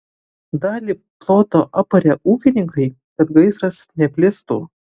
dalį ploto aparė ūkininkai kad gaisras neplistų